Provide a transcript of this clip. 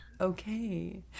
Okay